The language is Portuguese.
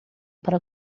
para